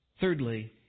Thirdly